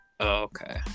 Okay